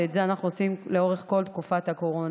ואת זה אנחנו עושים לאורך כל תקופת הקורונה.